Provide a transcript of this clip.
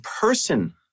person